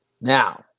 Now